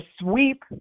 sweep